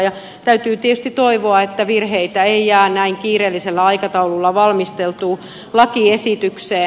täytyy tietysti toivoa että virheitä ei jää näin kiireellisellä aikataululla valmisteltuun lakiesitykseen